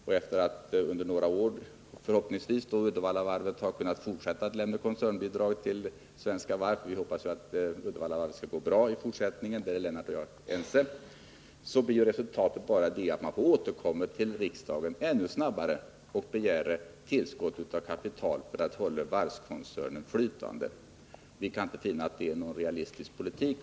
Uddevallavarvet kommer under några år att få fortsätta att lämna koncernbidrag till Svenska Varv — både Lennart Nilsson och jag hoppas ju att Uddevallavarvet skall gå bra i fortsättningen. Resultatet av socialdemokraternas varvspolitik blir bara att man får återkomma till riksdagen ännu snabbare och begära tillskott av kapital för att hålla varvskoncernen flytande. Vi kan inte finna att det är en realistisk politik.